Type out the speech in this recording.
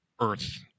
Earth